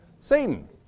Satan